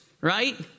right